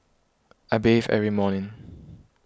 I bathe every morning